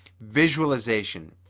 Visualization